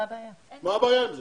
מה הבעיה עם זה?